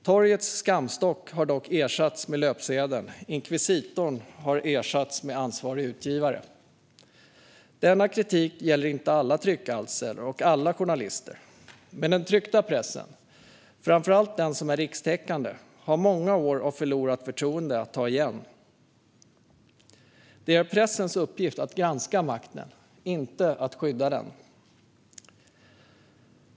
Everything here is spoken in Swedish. Torgets skamstock har dock ersatts med löpsedeln. Inkvisitorn har ersatts med ansvarig utgivare. Denna kritik gäller inte alla tryckalster och alla journalister. Men den tryckta pressen, framför allt den som är rikstäckande, har många år av förlorat förtroende att ta igen. Pressens uppgift är att granska makten, inte att skydda den.